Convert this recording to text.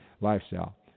lifestyle